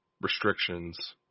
restrictions